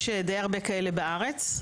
יש די הרבה כאלה בארץ,